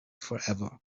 forever